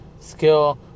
Skill